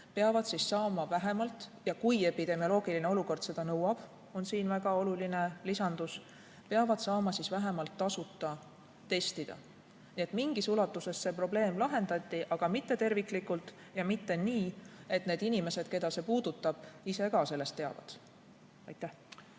peavad saama vähemalt – ja kui epidemioloogiline olukord seda nõuab, on siin väga oluline lisandus – tasuta testida. Nii et mingis ulatuses see probleem lahendati, aga mitte terviklikult ja mitte nii, et need inimesed, keda see puudutab, ise ka sellest teavad. Suur